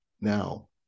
now